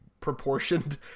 proportioned